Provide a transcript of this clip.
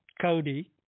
Cody